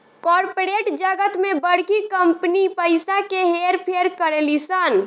corporate जगत में बड़की कंपनी पइसा के हेर फेर करेली सन